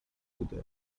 بوده